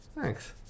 Thanks